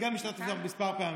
גם אני השתתפתי בו כמה פעמים,